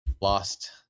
lost